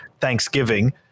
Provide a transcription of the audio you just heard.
Thanksgiving